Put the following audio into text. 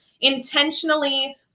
intentionally